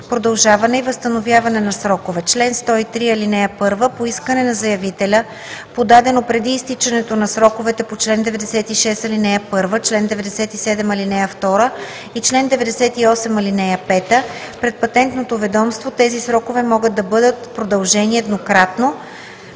„Продължаване и възстановяване на срокове Чл. 103. (1) По искане на заявителя, подадено преди изтичането на сроковете по чл. 96, ал. 1, чл. 97, ал. 2 и чл. 98, ал. 5 пред Патентното ведомство, тези срокове може да бъдат продължени еднократно